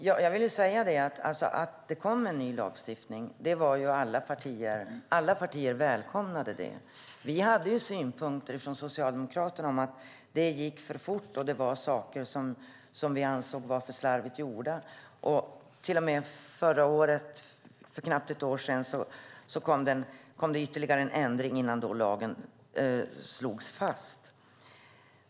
Fru talman! Låt mig säga att alla partier välkomnade en ny lagstiftning. Från Socialdemokraterna hade vi synpunkter på att det gick för fort och att det fanns saker som var alltför slarvigt gjorda. För knappt ett år sedan kom ytterligare en ändring, innan lagen slogs fast.